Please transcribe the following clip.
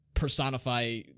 personify